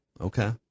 Okay